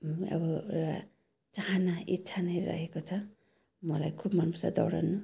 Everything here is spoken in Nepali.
अब एउटा चाहना इच्छा नै रहेको छ मलाई खुब मनपर्छ दौडनु